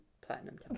platinum